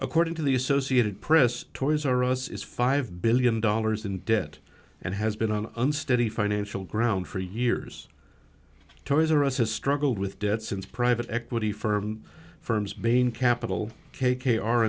according to the associated press toys r us is five billion dollars in debt and has been an unsteady financial ground for years toys r us has struggled with debt since private equity firm firms bain capital k k r